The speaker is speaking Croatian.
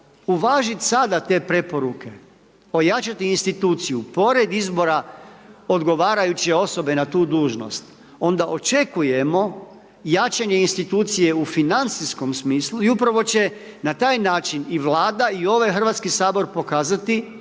uvažiti sada te preporuke, ojačati instituciju pored izvora odgovarajuće osobe na tu dužnost, onda očekujemo jačanje institucije u financijskom smislu i upravo će na taj način i vlada i ovaj Hrvatski sabor pokazati,